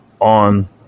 on